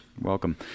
welcome